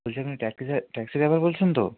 বলছি আপনি taxi driver বলছেন তো